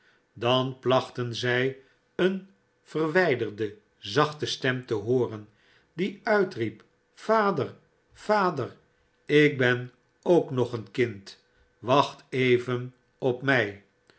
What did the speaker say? dan plachten zij een verwijderde zachte stem te hooren die uitriep vader vader ik ben ook nog een kind wacht even op mij